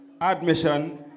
Admission